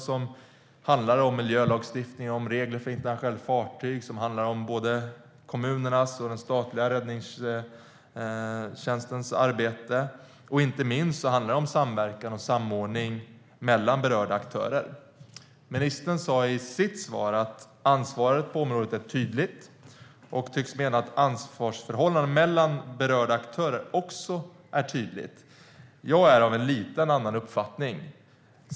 Det handlar om miljölagstiftning, regler för internationella fartyg, arbetet i kommunernas och statens räddningstjänster och, inte minst, samverkan och samordning mellan berörda aktörer. Ministern sa i sitt svar att ansvaret på området är tydligt. Han tycks mena att ansvarsförhållandena mellan berörda aktörer också är tydliga. Jag är av en lite annan uppfattning.